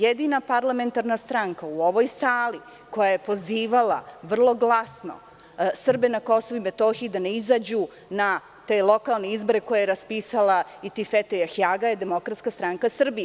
Jedina parlamentarna stranka u ovoj sali koja je pozivala vrlo glasno Srbe na KiM da ne izađu na te lokalne izbore koje je raspisala Atifete Jahjaga je Demokratska stranka Srbije.